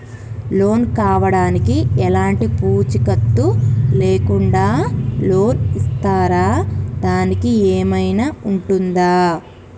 Loan కావడానికి ఎలాంటి పూచీకత్తు లేకుండా లోన్ ఇస్తారా దానికి ఏమైనా ఉంటుందా?